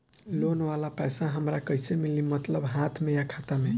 Loan वाला पैसा हमरा कइसे मिली मतलब हाथ में या खाता में?